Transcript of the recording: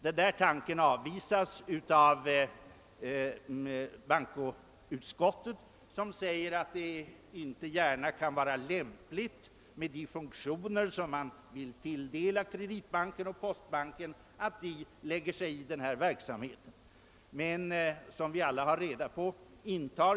Denna tanke avvisas av bankoutskottet som uttalar att det, med de funktioner som man vill tilldela Sveriges Kreditbank och postbanken, inte kan vara lämpligt att de lägger sig i denna verksamhet.